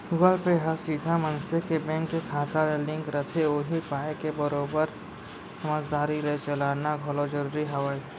Google Pay ह सीधा मनसे के बेंक के खाता ले लिंक रथे उही पाय के बरोबर समझदारी ले चलाना घलौ जरूरी हावय